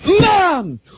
Mom